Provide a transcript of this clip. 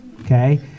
okay